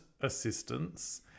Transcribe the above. Assistance